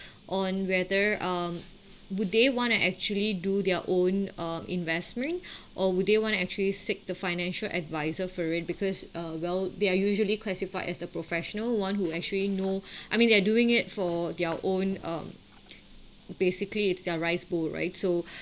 on whether um would they want to actually do their own uh investment or they want to actually seek the financial adviser for it because uh well they are usually classified as the professional [one] who actually know I mean they are doing it for their own um basically it's their rice bowl right so